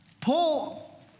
Paul